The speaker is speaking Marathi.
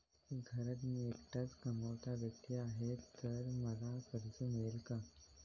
घरात मी एकटाच कमावता व्यक्ती आहे तर मला कर्ज मिळेल का?